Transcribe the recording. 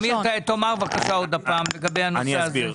אמיר, תאמר, בבקשה, עוד הפעם לגבי הנושא הזה.